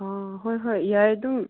ꯑꯣ ꯍꯣꯏ ꯍꯣꯏ ꯌꯥꯏ ꯑꯗꯨꯝ